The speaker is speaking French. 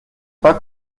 pas